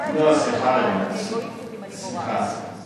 אני אגואיסטית אם אני, לא, סליחה רגע.